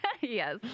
yes